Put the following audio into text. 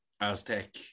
Aztec